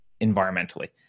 environmentally